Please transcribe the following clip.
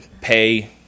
pay